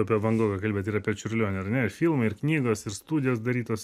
apie vangogą kalbėt ir apie čiurlionį ar ne ir filmai ir knygos ir studijos darytos